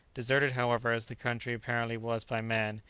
deserted, however, as the country apparently was by man,